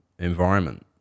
environment